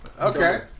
Okay